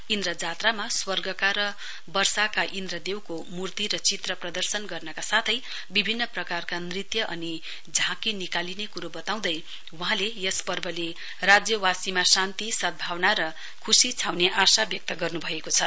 इन्द्रजात्रामा स्वर्गका र वर्षाका देव इन्द्रको मूर्ति चित्र प्रदर्शन गर्नका साथै विभिन्न प्रकारका नृत्य अनि झाँकी निकालिने कुरो वताउँदै वहाँले यस पर्वले राज्यवासीमा शान्ति सद्धावना र खुशी छाउने आशा व्यक्त गर्नुभएको छ